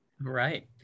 Right